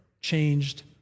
changed